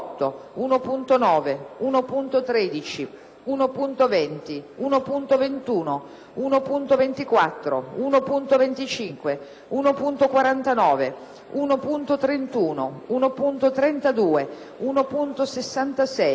1.9, 1.13, 1.20, 1.21, 1.24, 1.25, 1.49, 1.31, 1.32, 1.66,